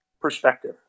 perspective